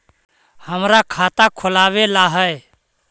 हमरा खाता खोलाबे ला है?